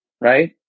Right